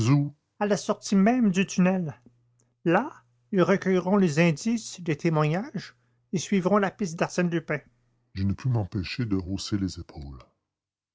à la sortie même du tunnel là ils recueilleront les indices les témoignages et suivront la piste d'arsène lupin je ne pus m'empêcher de hausser les épaules